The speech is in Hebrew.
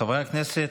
חברי הכנסת,